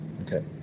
Okay